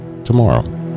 tomorrow